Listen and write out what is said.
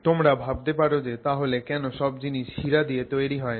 তোমরা ভাবতে পারো যে তাহলে কেন সব জিনিস হীরা দিয়ে তৈরি হয় না